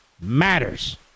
matters